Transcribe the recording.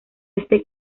este